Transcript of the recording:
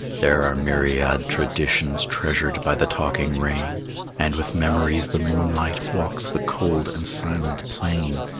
there are myriad traditions treasured by the talking rain and with memories the moonlight walks the cold and silent plain.